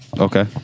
Okay